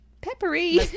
peppery